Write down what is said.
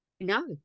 no